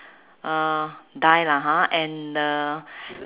uh die lah ha and the